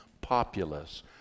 populace